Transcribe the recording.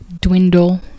dwindle